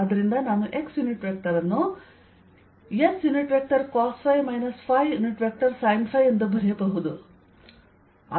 ಆದ್ದರಿಂದ ನಾನು x unit vector ಅನ್ನು scosϕ sinϕಎಂದು ಬರೆಯಬಹುದು